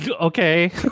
okay